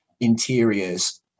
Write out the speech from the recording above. Interiors